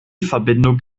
verbindung